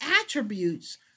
attributes